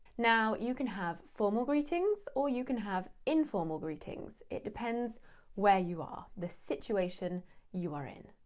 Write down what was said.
now, you can have formal greetings or you can have informal greetings. it depends where you are, the situation you are in.